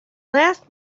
last